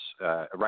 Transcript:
right